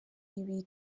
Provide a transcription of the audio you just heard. ibi